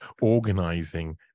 organizing